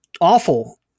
awful